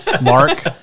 mark